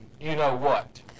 you-know-what